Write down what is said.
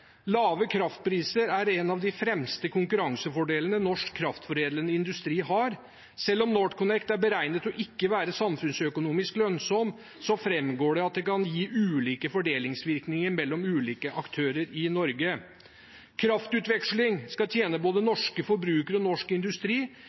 Lave kraftpriser er en av de fremste konkurransefordelene norsk kraftforedlende industri har. Selv om NorthConnect er beregnet til ikke å være samfunnsøkonomisk lønnsom, framgår det at det kan gi ulike fordelingsvirkninger mellom ulike aktører i Norge. Kraftutveksling skal tjene både